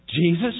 Jesus